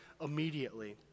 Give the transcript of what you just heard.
immediately